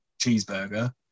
cheeseburger